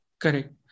Correct